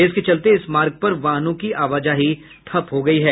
इसके चलते इस मार्ग पर वाहनों की आवाजाही ठप्प हो गयी है